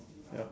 the all